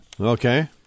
Okay